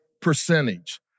percentage